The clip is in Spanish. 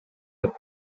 los